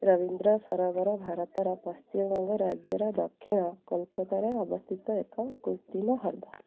ରବୀନ୍ଦ୍ର ସରୋବର ଭାରତର ପଶ୍ଚିମବଙ୍ଗ ରାଜ୍ୟର ଦକ୍ଷିଣ କୋଲକାତାରେ ଅବସ୍ଥିତ ଏକ କୃତ୍ରିମ ହ୍ରଦ